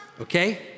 Okay